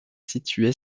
situé